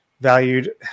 valued